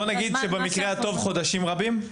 בואי נגיד שבמקרה הטוב חודשים רבים?